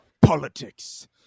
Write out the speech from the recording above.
politics